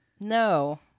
No